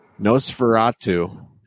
Nosferatu